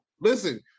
listen